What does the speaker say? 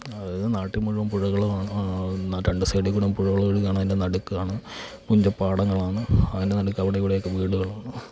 അതായത് നാട്ടിൽ മുഴുവൻ പുഴകളുമാണ് രണ്ട് സൈഡിക്കൂടെ പുഴകൾ ഒഴുകുകയാണ് അതിൻ്റെ നടുക്കാണ് പുഞ്ചപ്പാടങ്ങളാണ് അതിൻ്റെ നടുക്കവിടെ ഇവിടെയൊക്കെ വീടുകളാണ്